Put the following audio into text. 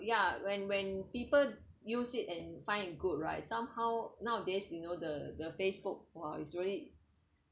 ya when when people use it and find it good right somehow nowadays you know the the Facebook !wow! is really